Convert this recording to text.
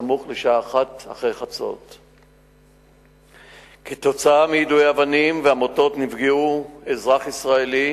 סמוך לשעה 01:00. כתוצאה מיידוי האבנים והמוטות נפגעו אזרח ישראלי,